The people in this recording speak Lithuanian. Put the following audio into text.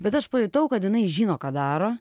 bet aš pajutau kad jinai žino ką daro